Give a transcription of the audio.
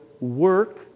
work